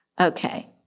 Okay